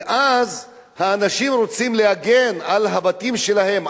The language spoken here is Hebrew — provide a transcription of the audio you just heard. ואז האנשים רוצים להגן על הבתים שלהם,